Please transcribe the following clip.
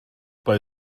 bei